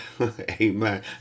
Amen